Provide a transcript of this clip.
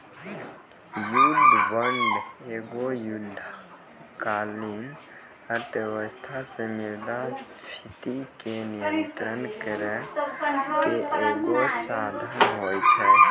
युद्ध बांड एगो युद्धकालीन अर्थव्यवस्था से मुद्रास्फीति के नियंत्रण करै के एगो साधन होय छै